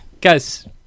guys